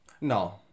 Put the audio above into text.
No